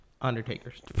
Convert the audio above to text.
Undertaker's